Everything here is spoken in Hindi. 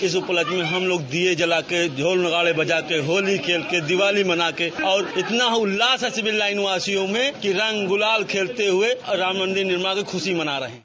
इस उपलक्ष्य में हम लोग दीये जलाकर ढोल नगाड़े बजाते होली खेलते दीवाली मना के और इतना उल्लास है सिविल लाइनवासियों में कि रंग गुलाल खेलते हुए और राम मंदिर निर्माण की खुशी मना रहे हैं